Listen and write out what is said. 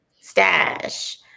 stash